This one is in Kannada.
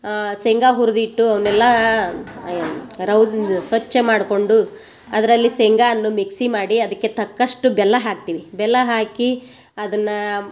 ಶೇಂಗ ಹುರ್ದಿಟ್ಟು ಅವ್ನೆಲ್ಲ ರೌಂದ್ ಸ್ವಚ್ಛ ಮಾಡ್ಕೊಂಡು ಅದರಲ್ಲಿ ಶೇಂಗ ಅನ್ನು ಮಿಕ್ಸಿ ಮಾಡಿ ಅದಕ್ಕೆ ತಕ್ಕಷ್ಟು ಬೆಲ್ಲ ಹಾಕ್ತೀವಿ ಬೆಲ್ಲ ಹಾಕಿ ಅದನ್ನ